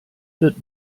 wird